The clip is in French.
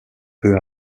peu